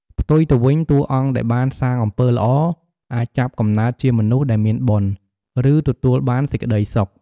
ផ្ទុយទៅវិញ តួអង្គដែលបានសាងអំពើល្អ អាចចាប់កំណើតជាមនុស្សដែលមានបុណ្យ ឬទទួលបានសេចក្ដីសុខ។